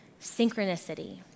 synchronicity